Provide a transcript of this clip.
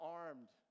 armed